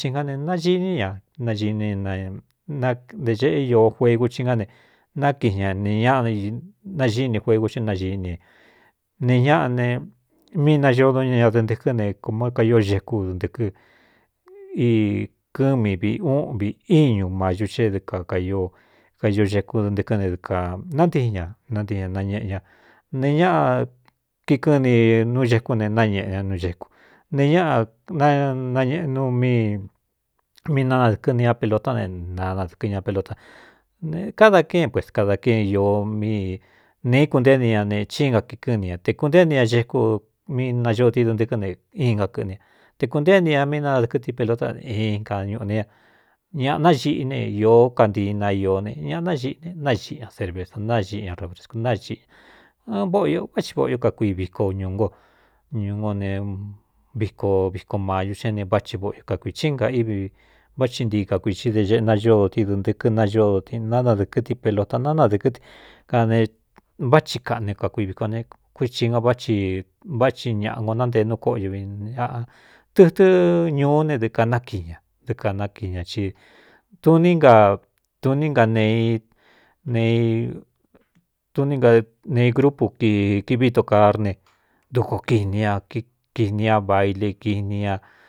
Nán nai ní ña na na dē xēꞌe io juegu ci ná ne nákiꞌin ña ne ñáꞌa naxíni juegu cié naií nine ne ñaꞌa ne mí nañoo dú ññadɨɨntɨ̄kɨ́n ne kom kaixekú dntɨkɨ ikɨɨn mivi úꞌvi íñu mayu x dɨka ka kaixekú dɨntɨkɨ́n n dkā nátiin ñananiin ña nañeꞌe ña ne ñáꞌa kikɨn ni nú xekú ne náñeꞌe ña núxéku nee ñáꞌa nanañeꞌ nu mí mí nánadɨ̄kɨ́ niña pelotá ne nanadɨ̄kɨ ña pelotan kádā kén pueskada ké mneeí kuntée ni ña ne cíinka kīkɨ́ɨn ni ña te kunté ni ña xekú mí nayoo tidɨntɨkɨ́ ne in ngakɨꞌni a te kūntée ini ña mí náadɨkɨ́ tipelotá nin kañuꞌu ne ña ñāꞌa naxiꞌi ne īó kantina i ne ñaꞌa náiꞌi ne naxiꞌi ña serve sa naiꞌi ña robresonꞌvóꞌo io vá ti voꞌu io kakui viko ñūu ngo ñūno ne viko viko mayu xé ne váꞌ chi vóꞌio kakui csíinga ívi vá thi ntii ka kuixi de ꞌe naño ti dɨndɨ̄kɨ nañoo nánadɨ̄kɨ tipelota nánadɨ̄kɨ́ ane vá thi kaꞌne o kakui viko ne kuii nga vá chi váthi ñaꞌa ko nántee nú kóꞌoyuviꞌ tɨtɨ́ ñuú ne dɨkanákiin ña dɨ kānákiin ña i tuní natn natuni na nei grupu kiviíto karne duko kini ña kini ña baíli kīni ña.